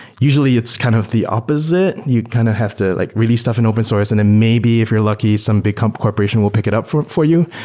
usually, it's kind of the opposite. you'd kind of have to like release stuff in open source. then and maybe if you're lucky, some big um corporation will pick it up for for you.